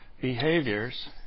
behaviors